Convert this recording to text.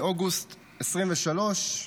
באוגוסט 2023,